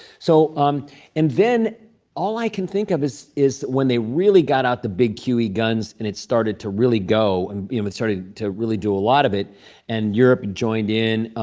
so um and then all i can think of is is when they really got out the big qe guns and it started to really go and but started to really do a lot of it and europe joined in,